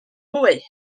mwy